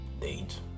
date